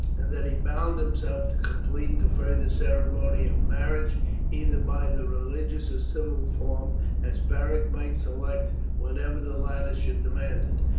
and that he bound himself to complete the further ceremony of marriage either by the religious or civil form as beric might select whenever the latter should demand it,